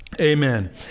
Amen